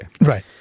Right